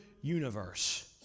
universe